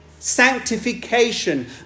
Sanctification